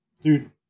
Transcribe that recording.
Dude